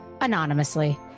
anonymously